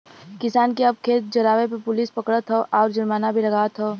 किसान के अब खेत जरावे पे पुलिस पकड़त हौ आउर जुर्माना भी लागवत हौ